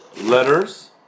letters